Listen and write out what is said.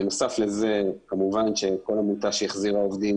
בנוסף לזה כמובן שכל עמותה שהחזירה עובדים